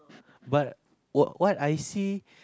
but what what I see